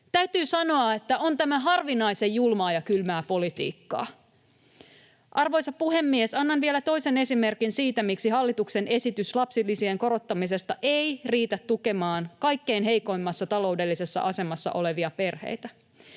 Täytyy sanoa, että on tämä harvinaisen julmaa ja kylmää politiikkaa. Arvoisa puhemies! Annan vielä toisen esimerkin siitä, miksi hallituksen esitys lapsilisien korottamisesta ei riitä tukemaan kaikkein heikoimmassa taloudellisessa asemassa olevia perheitä.